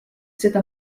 seda